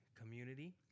community